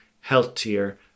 healthier